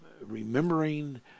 remembering